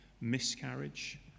miscarriage